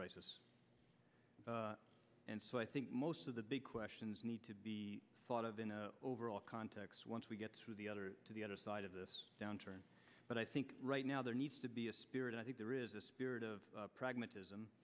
crisis and so i think most of the big questions need to be thought of in overall context once we get through the other to the other side of this downturn but i think right now there needs to be a spirit i think there is a spirit of pragmatism